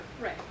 Right